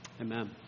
Amen